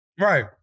right